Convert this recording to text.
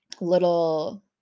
little